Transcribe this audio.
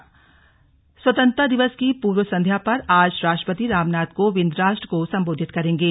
slug राष्ट्रपति संबोधन स्वतंत्रता दिवस की पूर्व संध्या् पर आज राष्ट्रपति रामनाथ कोविंद राष्ट्र को संबोधित करेंगे